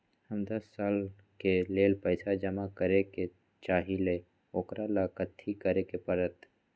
हम दस साल के लेल पैसा जमा करे के चाहईले, ओकरा ला कथि करे के परत?